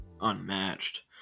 unmatched